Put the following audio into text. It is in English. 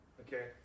Okay